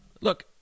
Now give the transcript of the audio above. Look